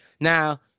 Now